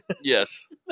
yes